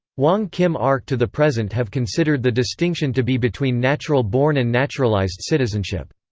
wong kim ark to the present have considered the distinction to be between natural-born and naturalized citizenship.